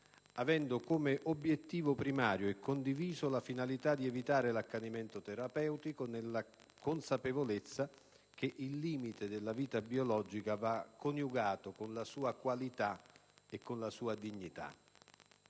avendo come obiettivo primario e condiviso la finalità di evitare l'accanimento terapeutico, nella consapevolezza che il limite della vita biologica va coniugato con la sua qualità e con la sua dignità.